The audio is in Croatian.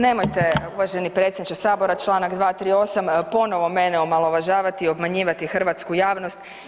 Nemojte uvaženi predsjedniče sabora, čl.238., ponovo mene omalovažavati i obmanjivati i hrvatsku javnost.